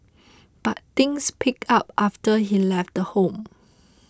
but things picked up after he left home